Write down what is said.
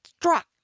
struck